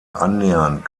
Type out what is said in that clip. annähernd